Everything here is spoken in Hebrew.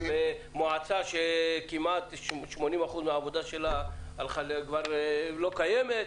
ומועצה שכמעט 80% מהעבודה שלה כבר לא קיימת.